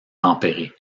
tempéré